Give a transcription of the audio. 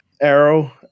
Arrow